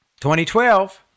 2012